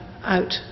out